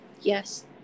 Yes